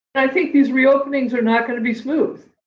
i think these reopenings are not going to be smooth,